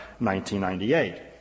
1998